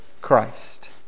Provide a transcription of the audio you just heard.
Christ